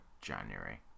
January